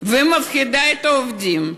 ומפחידה את העובדים,